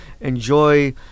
enjoy